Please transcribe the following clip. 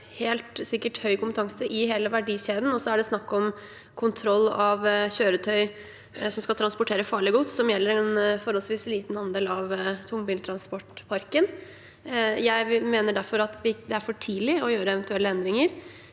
høy kompetanse i hele verdikjeden, og så er det snakk om kontroll av kjøretøy som skal transportere farlig gods, som gjelder en forholdsvis liten andel av tungbiltransportparken. Jeg mener derfor at det er for tidlig å gjøre eventuelle endringer.